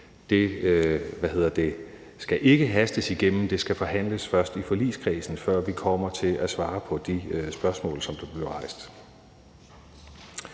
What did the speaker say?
det skal ikke hastes igennem, men først forhandles i forligskredsen, før vi kommer til at svare på de spørgsmål, der blev rejst.